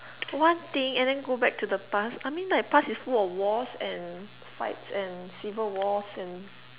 one thing and then go back to the past I mean like past is full of wars and fights and civil wars and